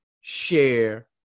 share